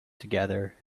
together